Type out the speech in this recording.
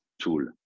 tool